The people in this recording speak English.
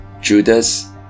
Judas